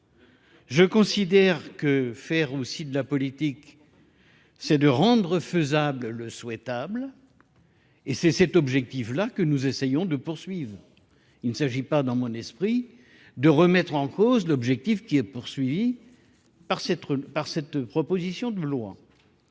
Je considère que faire aussi de la politique, c'est de rendre faisable le souhaitable et c'est cet objectif-là que nous essayons de poursuivre. Il ne s'agit pas dans mon esprit de remettre en cause l'objectif qui est poursuivi par cette proposition de loi.